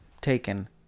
Taken